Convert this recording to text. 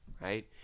right